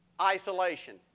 Isolation